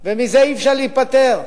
ומזה אי-אפשר להיפטר.